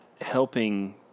helping